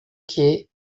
que